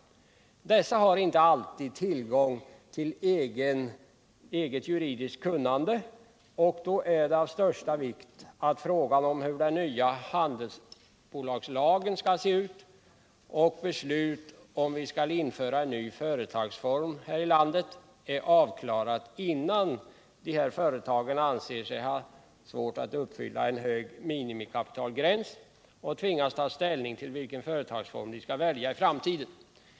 Dessa har inte alltid tillgång till eget juridiskt kunnande, och då är det av största vikt att frågan om hur den nya handelsbolagslagen skall se ut och beslut om vi skall införa en ny företagsform här i landet är avklarade, innan de företag som anser sig ha svårt att uppfylla en hög minimikapitalgräns tvingas ta ställning till vilken företagsform de skall välja i framtiden.